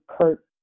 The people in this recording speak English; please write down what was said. Kurt